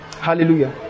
Hallelujah